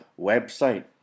website